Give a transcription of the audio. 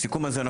הסיכום הזה,